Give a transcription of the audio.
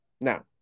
Now